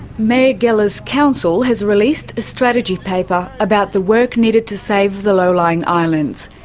mayor gela's council has released a strategy paper about the work needed to save the low-lying islands.